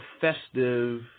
festive